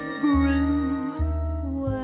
brew